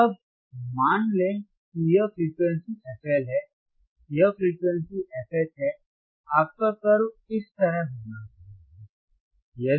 अब मान लें कि यह फ्रिक्वेंसी fL है यह फ्रिक्वेंसी fH है आपका कर्व इस तरह होना चाहिए